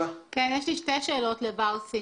יש לי שתי שאלות לבר סימן טוב.